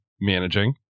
managing